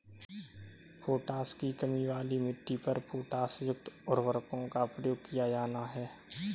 potash की कमी वाली मिट्टी पर पोटाशयुक्त उर्वरकों का प्रयोग किया जाना है